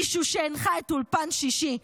מישהו שהנחה את אולפן שישי,